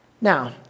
Now